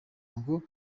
ngo